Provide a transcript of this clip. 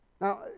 now